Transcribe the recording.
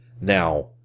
Now